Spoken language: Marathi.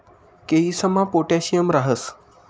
केयीसमा पोटॅशियम राहस